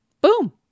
Boom